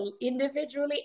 individually